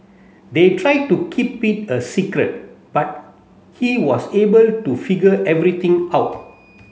they tried to keep it a secret but he was able to figure everything out